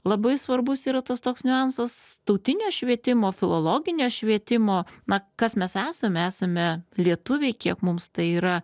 labai svarbus yra tas toks niuansas tautinio švietimo filologinio švietimo na kas mes esame esame lietuviai kiek mums tai yra